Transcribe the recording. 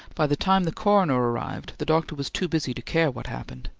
by the time the coroner arrived, the doctor was too busy to care what happened.